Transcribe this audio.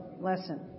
Lesson